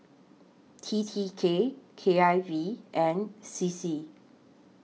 T T K K I V and C C